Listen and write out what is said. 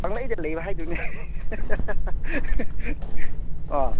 ꯄꯪꯂꯩꯗ ꯂꯩꯕ ꯍꯥꯏꯗꯨꯅꯤ ꯑꯥ